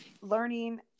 learning